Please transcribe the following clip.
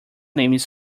names